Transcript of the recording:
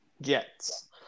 Jets